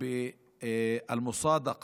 שהסטודנט